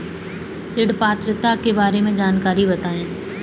ऋण पात्रता के बारे में जानकारी बताएँ?